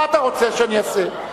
מה אתה רוצה שאני אעשה,